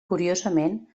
curiosament